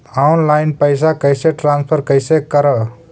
Online पैसा कैसे transfer कैसे कर?